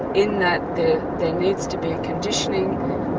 in that there needs to be a conditioning